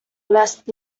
lasted